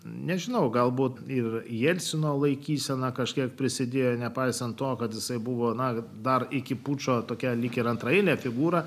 nežinau galbūt ir jelcino laikysena kažkiek prisidėjo nepaisant to kad jisai buvo na dar iki pučo tokia lyg ir antraeilę figūrą